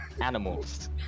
animals